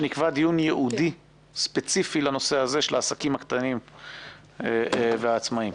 של העסקים הקטנים והעצמאיים.